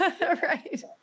Right